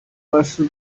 pursue